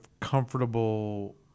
comfortable